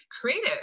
creative